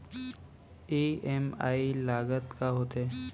EMI लागत का होथे?